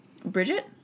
Bridget